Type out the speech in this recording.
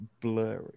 blurry